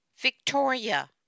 Victoria